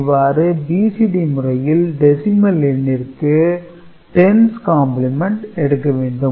இவ்வாறு BCD முறையில் decimal எண்ணிற்கு 10's கம்பிளிமெண்ட் எடுக்க வேண்டும்